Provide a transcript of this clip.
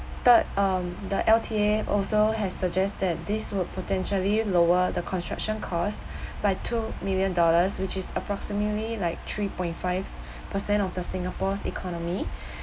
third um the L_T_A also has suggested that this would potentially lower the construction cost by two million dollars which is approximately like three point five percent of the singapore's economy